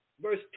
verse